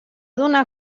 donar